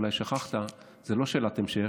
אולי שכחת: זו לא שאלת המשך,